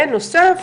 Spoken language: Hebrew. בנוסף,